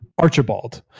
Archibald